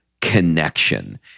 connection